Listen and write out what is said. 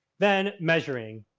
then measuring.